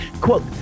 Quote